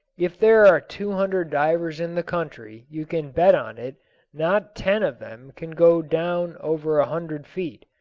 if there are two hundred divers in the country, you can bet on it not ten of them can go down over a hundred feet.